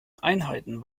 einheiten